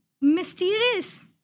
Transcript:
mysterious